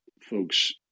folks